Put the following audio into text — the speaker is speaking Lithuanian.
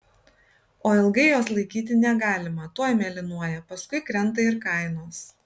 o ilgai jos laikyti negalima tuoj mėlynuoja paskui krenta ir kainos